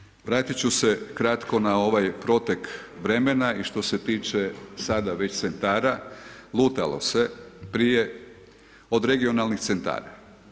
Što se tiče, vratit ću se kratko na ovaj protek vremena i što se tiče sada već centara, lutalo se prije, od regionalnih centara.